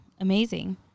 amazing